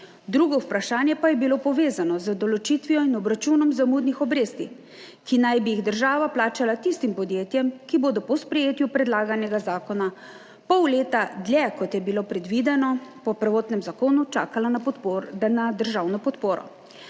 Drugo vprašanje pa je bilo povezano z določitvijo in obračunom zamudnih obresti, ki naj bi jih država plačala tistim podjetjem, ki bodo po sprejetju predlaganega zakona pol leta dlje, kot je bilo predvideno po prvotnem zakonu, čakala na državno podporo.